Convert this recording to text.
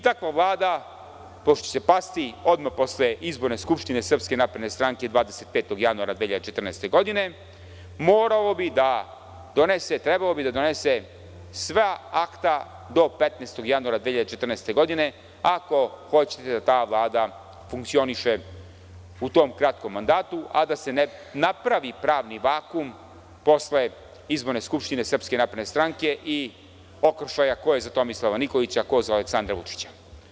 Takva Vlada pošto će pasti odmah posle izborne skupštine SNS 25. januara 2014. godine, morala bi, trebala bi da donese sva akta do 15. januara 2014. godine, ako hoćete da ta Vlada funkcioniše u tom kratkom mandatu, a da se ne napravi pravni vakum posle izborne skupštine SNS i okršaja ko je za Tomislava Nikolića, ko je za Aleksandra Vučića.